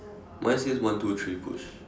mine says one two three push